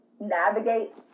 navigate